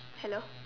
hello